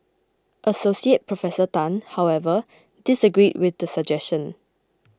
Associate Professor Tan however disagreed with the suggestion